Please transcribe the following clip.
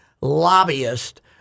lobbyist